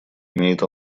имеет